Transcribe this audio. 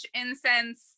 incense